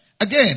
Again